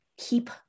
keep